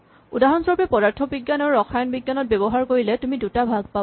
উদাহৰণস্বৰূপে পদাৰ্থ বিজ্ঞান আৰু ৰসায়ন বিজ্ঞানত ব্যৱহাৰ কৰিলে তুমি দুটা ভাগ পাবা